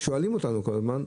שואלים אותנו כל הזמן,